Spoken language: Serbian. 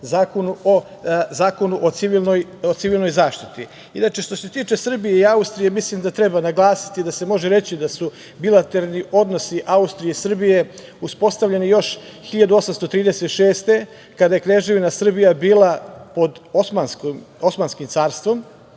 Zakonu o civilnoj zaštiti. Inače, što se tiče Srbije i Austrije, mislim da treba naglasiti da se može reći da su bilateralni odnosi Austrije i Srbije uspostavljeni još 1836. godine, kada je Kneževina Srbija bila pod Osmanskim carstvom. Drugi